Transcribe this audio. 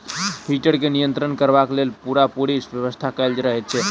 heater के नियंत्रण करबाक लेल पूरापूरी व्यवस्था कयल रहैत छै